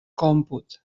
còmput